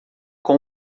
com